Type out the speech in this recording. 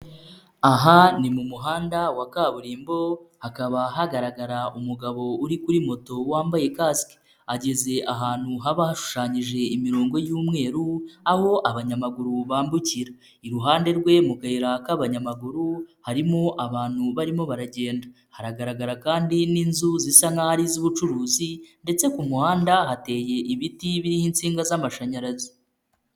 Aha ni mu muhanda wa kaburimbo, hakaba hagaragara umugabo uri kuri moto wambaye kasike. Ageze ahantu haba hashushanyije imirongo y'umweru, aho abanyamaguru bambukira. Iruhande rwe mu kayira k'abanyamaguru, harimo abantu barimo baragenda. Haragaragara kandi n'inzu zisa nk'aho ari iz'ubucuruzi ndetse ku muhanda hateye ibiti biriho insinga z'amashanyarazi.